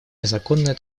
незаконная